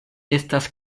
estas